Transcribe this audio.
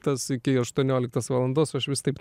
tas iki aštuonioliktos valandos o aš vis taip